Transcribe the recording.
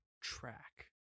track